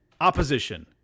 Opposition